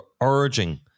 urging